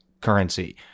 currency